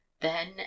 Then